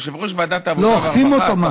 יושב-ראש ועדת העבודה והרווחה,